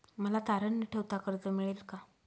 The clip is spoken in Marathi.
मला तारण न ठेवता कर्ज मिळेल का?